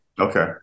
Okay